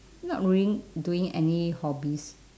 not really doing any hobbies